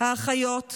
האחיות ואחיך,